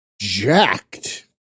jacked